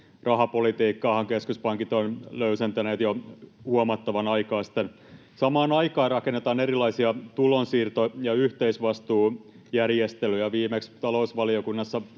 Rahapolitiikkaahan keskuspankit ovat löysentäneet jo huomattava aika sitten. Samaan aikaan rakennetaan erilaisia tulonsiirto- ja yhteisvastuujärjestelyjä. Viimeksi eilen talousvaliokunnassa